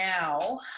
now